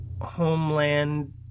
Homeland